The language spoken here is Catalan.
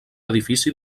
edifici